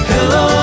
Hello